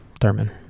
Thurman